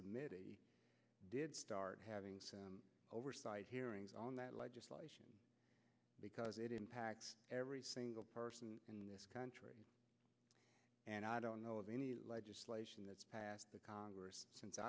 committee did start having oversight hearings on that legislation because it impacts every single person in this country and i don't know of any legislation that's passed the congress since